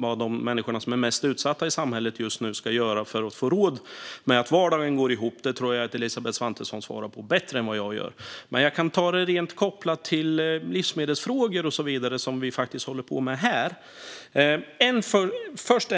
vad de människor som är mest utsatta i samhället just nu ska göra för att få vardagen att gå ihop. Det tror jag att Elisabeth Svantesson svarar på bättre än vad jag gör. Men jag kan säga något kopplat till livsmedelsfrågor och så vidare som vi debatterar här.